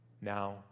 Now